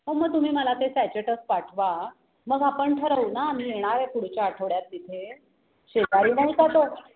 हो मग तुम्ही मला ते सॅचेटच पाठवा मग आपण ठरवू ना मी येणारे पुढच्या आठवड्यात तिथे शेजारी नाही का तो